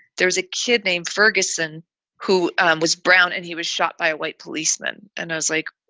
there's a kid named ferguson who was brown and he was shot by a white policeman. and i was like,